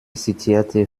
zitierte